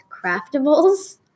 craftables